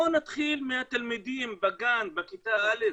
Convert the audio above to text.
בואו נתחיל מהתלמידים, בגן, בכיתה א',